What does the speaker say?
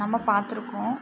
நம்ம பாத்திருக்கோம்